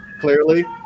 clearly